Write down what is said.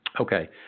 Okay